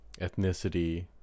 ethnicity